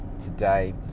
today